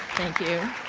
thank you.